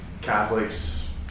catholics